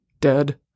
Dead